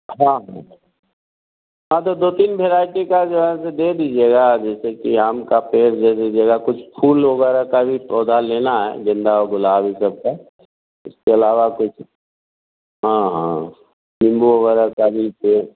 हाँ हाँ हाँ तो दो तीन वैराईटी का जो है दे दीजिएगा अभी क्योंकि आम का पेड़ जैसी जगह कुछ फूल वगैरह का भी पौधा लेना है गेंदा औ गुलाब यह सबका इसके अलावा कुछ हाँ हाँ नींबू वगैरह का भी पेड़